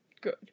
Good